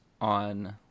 on